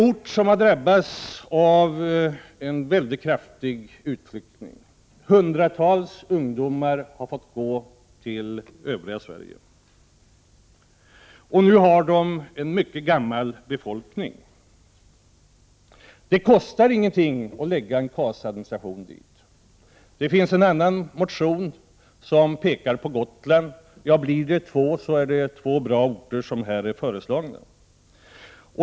Åsele har drabbats av en mycket kraftig utflyttning. Hundratals ungdomar har fått flytta till övriga Sverige, och nu har Åsele en mycket gammal befolkning. Det kostar ingenting att förlägga en KAS administration dit. Det finns en annan motion, där man pekar på Gotland. Ja, blir det två, så är det två bra orter som här är föreslagna.